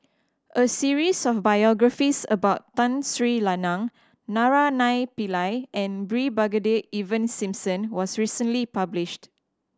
a series of biographies about Tun Sri Lanang Naraina Pillai and Brigadier Ivan Simson was recently published